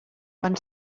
quan